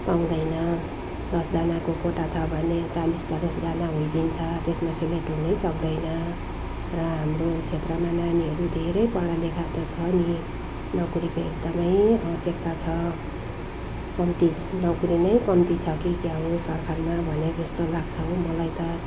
पाउँदैन दसजनाको कोटा छ भने चालिस पचासजना होइदिन्छ त्यसमा सेलेक्ट हुनै सक्दैन र हाम्रो क्षेत्रमा नानीहरू धेरै पढालिखा त छ नि नोकरीको एकदमै आवश्यकता छ कम्ती नोकरी नै कम्ती छ कि क्या हो सरकारमा भने जस्तो लाग्छ हौ मलाई त